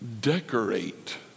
decorate